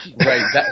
Right